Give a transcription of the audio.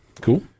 Cool